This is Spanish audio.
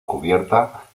cubierta